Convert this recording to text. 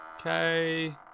Okay